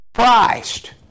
Christ